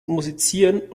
musizieren